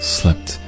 slept